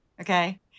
Okay